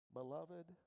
Beloved